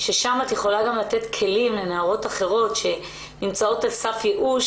ששם את יכולה גם לתת כלים לנערות אחרות שנמצאות על סף ייאוש,